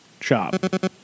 shop